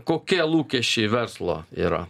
kokie lūkesčiai verslo yra